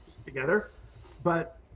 together—but